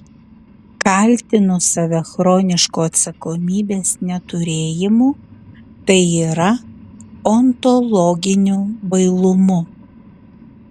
kaltinu save chronišku atsakomybės neturėjimu tai yra ontologiniu bailumu